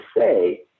say